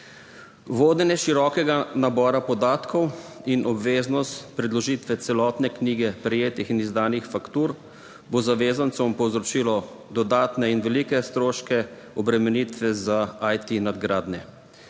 Vodenje širokega nabora podatkov in obveznost predložitve celotne knjige prejetih in izdanih faktur bo zavezancem povzročilo dodatne in velike stroške obremenitve za IT nadgradnje.